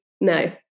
no